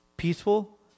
Peaceful